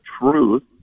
truth